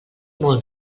molt